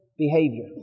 behavior